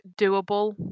doable